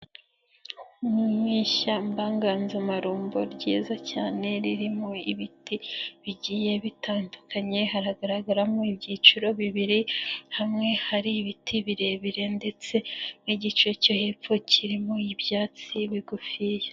Mu ishyambaganzamarumbo ryiza cyane ririmo ibiti bigiye bitandukanye, haragaragaramo ibyiciro bibiri, hamwe hari ibiti birebire ndetse n'igice cyo hepfo kirimo ibyatsi bigufiya.